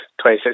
26